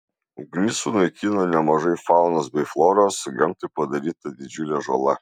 ugnis sunaikino nemažai faunos bei floros gamtai padaryta didžiulė žala